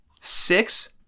six